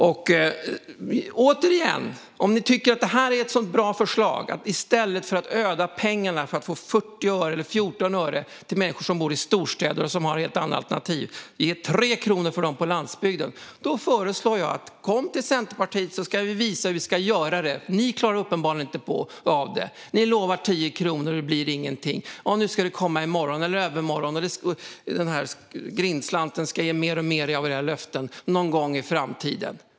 Och återigen - tycker ni att det är ett bra förslag att man ödar pengar för att få 40 öre eller 14 öre till människor som bor i storstäder och som har ett helt andra alternativ, när man i stället kan ge 3 kronor till dem som bor på landsbygden? Jag föreslår att ni kommer till Centerpartiet, så ska vi visa hur vi ska göra det! Ni klarar uppenbarligen inte av det. Ni lovar 10 kronor, och det blir ingenting - det ska komma i morgon eller i övermorgon. I era löften ska den här grindslanten ge mer och mer, någon gång i framtiden.